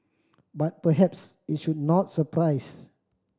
but perhaps it should not surprise